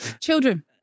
children